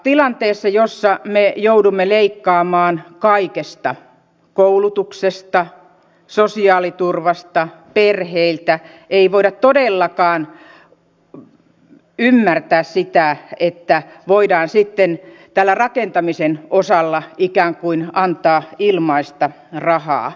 tilanteessa jossa me joudumme leikkaamaan kaikesta koulutuksesta sosiaaliturvasta perheiltä ei voida todellakaan ymmärtää sitä että voidaan sitten tällä rakentamisen osalla ikään kuin antaa ilmaista rahaa